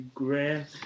grant